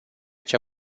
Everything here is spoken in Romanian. cea